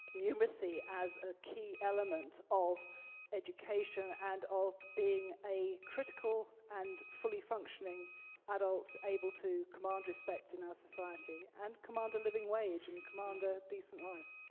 numeracy as a key element of education and of being a critical and fully functioning adult able to command respect in their ah society and command a living wage and command a decent life.